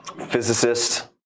physicist